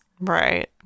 Right